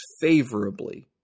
favorably